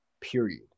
period